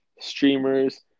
streamers